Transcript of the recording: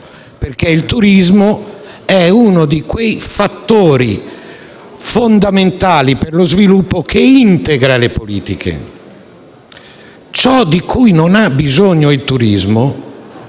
perché è uno di quei fattori fondamentali per lo sviluppo che integra le politiche. Ciò di cui non ha bisogno il turismo